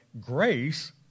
grace